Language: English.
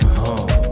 home